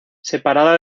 separada